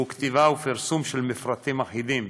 הוא כתיבה ופרסום של מפרטים אחידים.